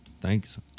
thanks